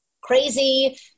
crazy